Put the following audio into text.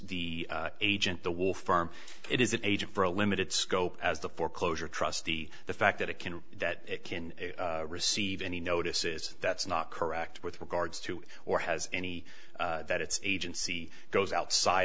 the agent the wall firm it is an agent for a limited scope as the foreclosure trustee the fact that it can that it can receive any notice is that's not correct with regards to or has any that it's agency goes outside